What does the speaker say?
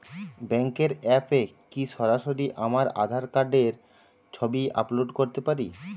ব্যাংকের অ্যাপ এ কি সরাসরি আমার আঁধার কার্ড র ছবি আপলোড করতে পারি?